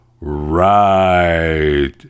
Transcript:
right